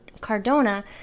Cardona